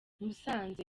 musanze